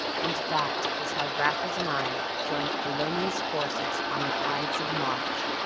and that is how raffles and i joined felonious forces on the ides of march.